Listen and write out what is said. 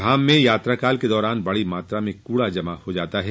धाम में यात्राकाल के दौरान बड़ी मात्रा में कूड़ा जमा होता है